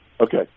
Okay